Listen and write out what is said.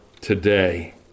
today